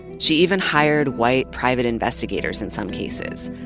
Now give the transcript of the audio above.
she even hired white private investigators in some cases.